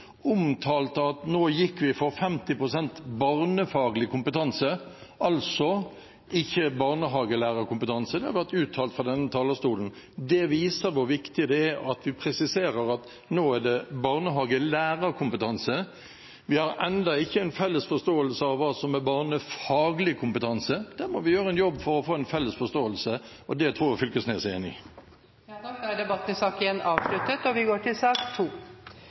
omtalte at nå gikk vi for 50 pst. barnefaglig kompetanse, altså ikke barnehagelærerkompetanse, det har vært uttalt fra denne talerstolen. Det viser hvor viktig det er at vi presiserer at nå er det barnehagelærerkompetanse. Vi har ennå ikke en felles forståelse av hva som er barnefaglig kompetanse. Der må vi gjøre en jobb for å få en felles forståelse, og det tror jeg representanten Fylkesnes er enig i. Flere har ikke bedt om ordet til sak